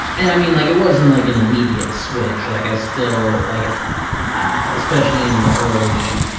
and i mean, like it wasn't like an immediate switch. like i still, like especially in the early